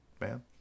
man